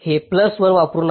हे प्लस 1 वापरू नका